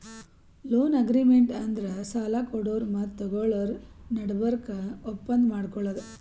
loan agreement ಅಂದ್ರ ಸಾಲ ಕೊಡೋರು ಮತ್ತ್ ತಗೋಳೋರ್ ನಡಬರ್ಕ್ ಒಪ್ಪಂದ್ ಮಾಡ್ಕೊಳದು